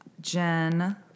Jen